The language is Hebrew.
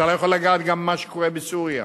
אתה לא יכול לגעת גם במה שקורה בסוריה.